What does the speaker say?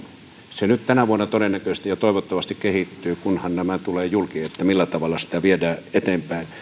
se nyt tänä vuonna todennäköisesti ja toivottavasti kehittyy kunhan nämä tulevat julki millä tavalla sitä viedään eteenpäin